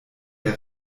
der